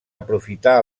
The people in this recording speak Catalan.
aprofitar